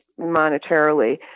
monetarily